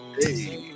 hey